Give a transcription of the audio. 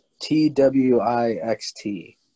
T-W-I-X-T